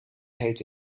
heet